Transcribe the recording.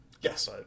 Yes